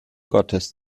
gottes